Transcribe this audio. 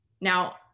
Now